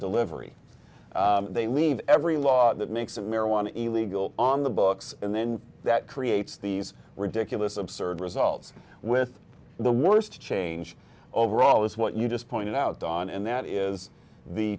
delivery they leave every law that makes a marijuana illegal on the books and then that creates these ridiculous absurd results with the want to change overall is what you just pointed out on and that is the